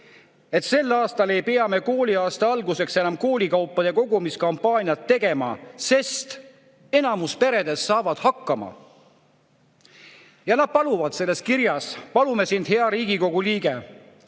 et sel aastal ei pea me kooliaasta alguseks enam koolikaupade kogumise kampaaniat tegema, sest enamus peredest saavad hakkama. Ja nad paluvad selles kirjas: "Palume sind, hea Riigikogu liige,